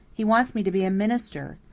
he wants me to be a minister.